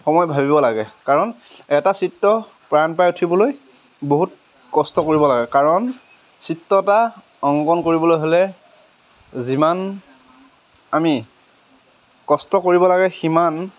সময় ভাবিব লাগে কাৰণ এটা চিত্ৰ প্ৰাণ পাই উঠিবলৈ বহুত কষ্ট কৰিব লাগে কাৰণ চিত্ৰ এটা অংকন কৰিবলৈ হ'লে যিমান আমি কষ্ট কৰিব লাগে সিমান